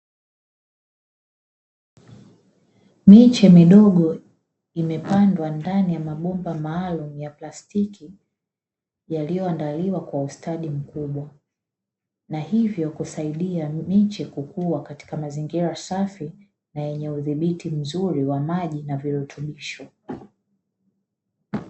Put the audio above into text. Miche midogo imepandwa ndani ya mabomba maalumu ya plastiki yaliyoandaliwa kwa ustadi mkubwa, na hivyo kusaidia miche kukua katika mazingira safi na yenye udhibiti mzuri wa maji na virutubisho.